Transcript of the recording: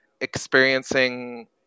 experiencing